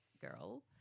girl